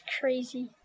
crazy